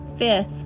fifth